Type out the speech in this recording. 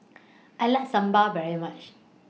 I like Sambal very much